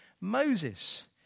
Moses